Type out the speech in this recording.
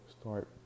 start